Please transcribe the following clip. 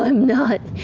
um not.